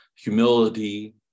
humility